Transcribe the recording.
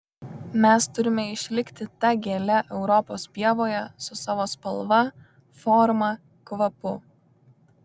mes turime išlikti ta gėle europos pievoje su savo spalva forma kvapu